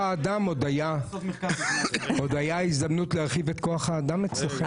זאת הזדמנות להרחיב את כוח האדם אצלכם.